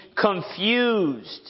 confused